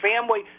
family